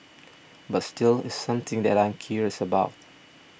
but still it's something that I am curious about